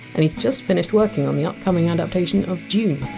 and he! s just finished working on the upcoming adaptation of dune.